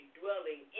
dwelling